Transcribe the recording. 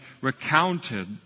recounted